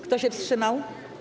Kto się wstrzymał?